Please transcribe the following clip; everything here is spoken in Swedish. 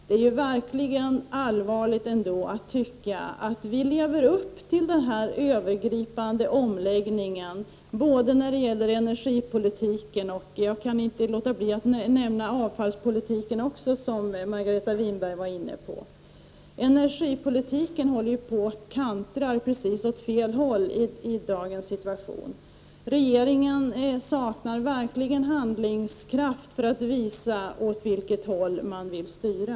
Det är verkligen allvarligt att någon kan tycka att regeringen lever upp till talet om en övergripande omläggning både när det gäller energipolitiken och när det gäller avfallspolitiken, som jag inte kan låta bli att nämna och som Margareta Winberg var inne på. 93 Energipolitiken håller på att kantra precis åt fel håll. Regeringen saknar handlingskraft att visa åt vilket håll den vill styra.